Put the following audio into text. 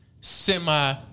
Semi